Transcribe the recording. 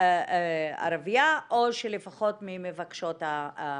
ערביה או שלפחות ממבקשות המקלט,